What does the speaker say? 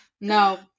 no